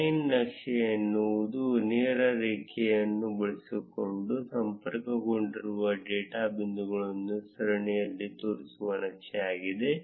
line ನಕ್ಷೆ ಎನ್ನುವುದು ನೇರ ರೇಖೆಯನ್ನು ಬಳಸಿಕೊಂಡು ಸಂಪರ್ಕಗೊಂಡಿರುವ ಡೇಟಾ ಬಿಂದುಗಳ ಸರಣಿಯನ್ನು ತೋರಿಸುವ ನಕ್ಷೆ ಆಗಿದೆ